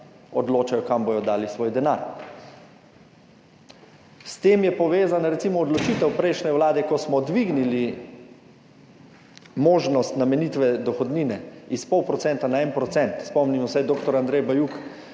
odločajo, kam bodo dali svoj denar. S tem je povezana recimo odločitev prejšnje vlade, ko smo dvignili možnost namenitve dohodnine s pol procenta na en procent. Spomnimo se, dr. Andrej Bajuk